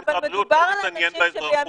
כמשרד בריאות -- אבל מדובר על אנשים שבימים